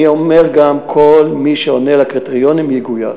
אני אומר גם, כל מי שעונה על הקריטריונים, יגויס.